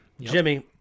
Jimmy